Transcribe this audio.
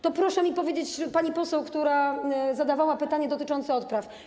To proszę mi powiedzieć, pani poseł, która zadawała pytanie dotyczące odpraw: